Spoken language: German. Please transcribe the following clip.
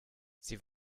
sie